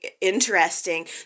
interesting